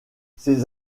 ces